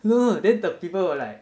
no no then the people were like